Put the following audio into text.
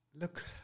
Look